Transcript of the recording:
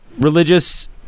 religious